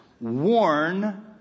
warn